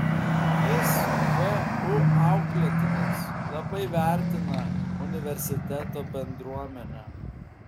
jis vu auklėtinis labai vertina universiteto bendruomenę